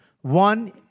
one